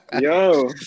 Yo